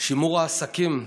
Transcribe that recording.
שימור העסקים,